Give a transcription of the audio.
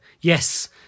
Yes